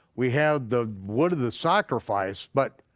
we have the wood of the sacrifice, but